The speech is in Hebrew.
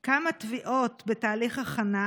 2. כמה תביעות בתהליך הכנה?